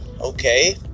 okay